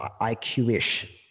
IQ-ish